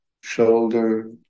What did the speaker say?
shoulder